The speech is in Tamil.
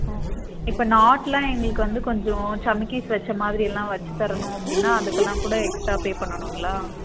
ஓகே இப்போ நாட்லாம் எங்களுக்கு வந்து கொஞ்சம் சமிக்கிஸ் வெச்ச மாதிரிலாம் வெச்சித் தரணும் அப்படின்னா அதுக்கெல்லாம் கூட எக்ஸ்ட்ரா பே பண்ணணுங்களா